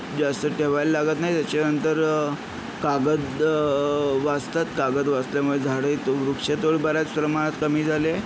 जास्त ठेवायला लागत नाही त्याच्यानंतर कागद वाचतात कागद वाचल्यामुळे झाडं त् वृक्षतोड बऱ्याच प्रमाणात कमी झाली आहे